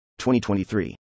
2023